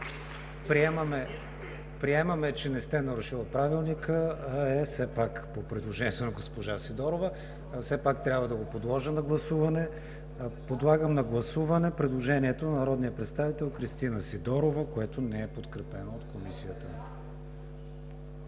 Приемаме, че не сте нарушили Правилника, а е по предложението на госпожа Сидорова. Трябва да го подложа на гласуване. Подлагам на гласуване предложението на народния представител Кристина Сидорова, което не е подкрепено от Комисията.